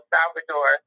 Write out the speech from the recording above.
Salvador